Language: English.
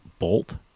bolt